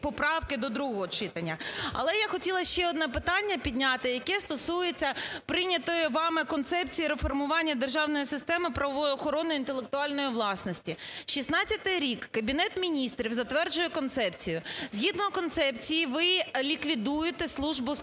Але я хотіла ще одне питання підняти, яке стосується прийнятої вами концепції реформування державної системи, правової охорони інтелектуальної власності. 2016 рік Кабінет Міністрів затверджує концепцію, згідно концепції ви ліквідуєте Службу з питань